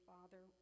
Father